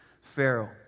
Pharaoh